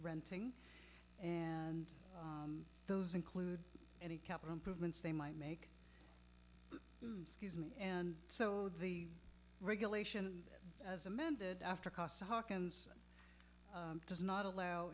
renting and those include any capital improvements they might make excuse me and so the regulation as amended after hawkinson does not allow